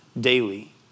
daily